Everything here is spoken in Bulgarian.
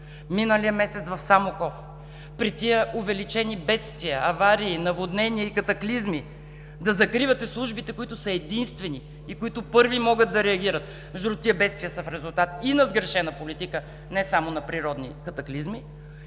миналия месец в Самоков. При тези увеличени бедствия, аварии, наводнения и катаклизми да закривате службите, които са единствени и които първи могат да реагират?! Между другото, тези бедствия са в резултат и на сгрешена политика не само на природни катаклизми.